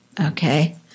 okay